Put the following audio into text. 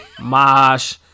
Mosh